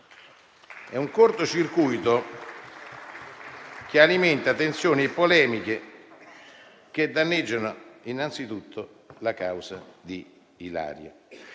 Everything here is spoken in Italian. È un cortocircuito che alimenta tensioni e polemiche che danneggiano innanzitutto la causa di Ilaria.